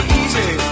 easy